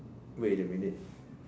wait a minute